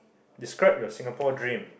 describe your Singapore dream